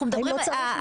אנחנו מדברים,